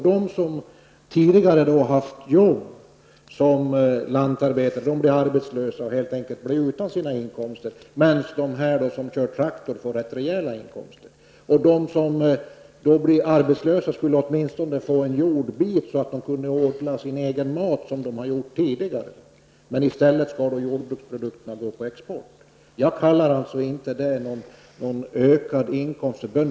De som tidigare hade jobb som lantarbetare blir arbetslösa och blir helt enkelt utan inkomster, medan de som kör traktor får rätt rejält betalt. De som då blir arbetslösa borde åtminstone få en jordbit, så att de kunde odla sin egen mat, som de har gjort tidigare, men i stället skall jordbruksprodukterna gå på export. Jag kallar inte det någon ökad inkomst för bönderna.